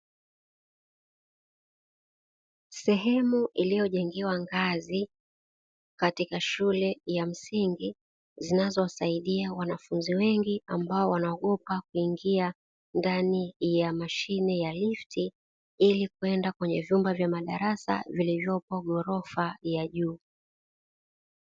Sehemu iliyojengewa ngazi katika shule ya msingi zinazowasaidia wanafunzi wengi ambao wanaogopa kuingia ndani ya mashine ya lifti, ili kwenda kwenye vyumba vya madarasa vikivyo gorofa ya juu.